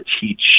teach